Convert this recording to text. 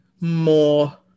more